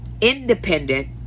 independent